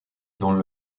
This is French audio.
dans